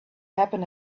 happen